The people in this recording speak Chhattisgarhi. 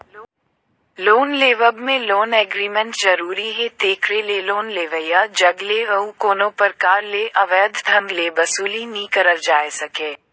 लोन लेवब में लोन एग्रीमेंट जरूरी हे तेकरे ले लोन लेवइया जग ले अउ कोनो परकार ले अवैध ढंग ले बसूली नी करल जाए सके